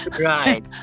right